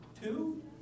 two